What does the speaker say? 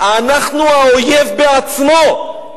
אנחנו האויב בעצמו.